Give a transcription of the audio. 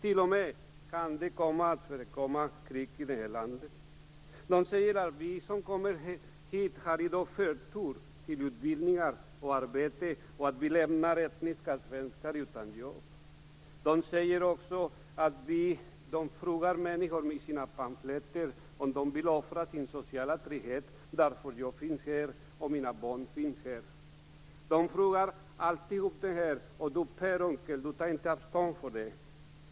Det kan t.o.m. förekomma krig i det här landet. De säger att vi som kommer hit i dag har förtur till utbildningar och arbete och att vi lämnar etniska svenskar utan jobb. De frågar människor med sina pamfletter om de vill offra sin sociala trygghet därför att jag finns här och därför att mina barn finns här. De frågar allt detta. Och Per Unckel tar inte avstånd från det.